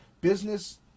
business